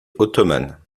ottomane